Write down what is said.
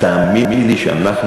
למה עברתי פה עכשיו, למה?